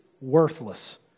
worthless